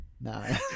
No